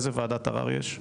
איזו וועדת ערער יש?